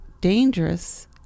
dangerous